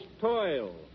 toil